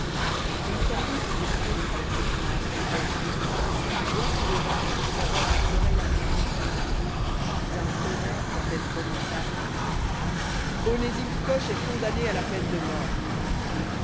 et tandis que ces visions traversaient son âme éperdue une voix s'éleva qui fut d'abord à ses oreilles un murmure confus puis un tonnerre quand elle prononça onésime coche est condamné à la peine de mort